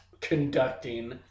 conducting